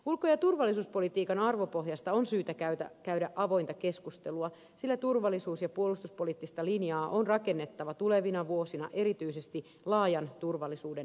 ulko ja turvallisuuspolitiikan arvopohjasta on syytä käydä avointa keskustelua sillä turvallisuus ja puolustuspoliittista linjaa on rakennettava tulevina vuosina erityisesti laajan turvallisuuden näkökulmasta